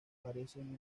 parecen